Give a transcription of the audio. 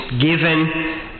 given